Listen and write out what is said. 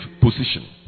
position